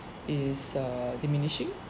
is err diminishing